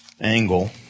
angle